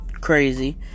Crazy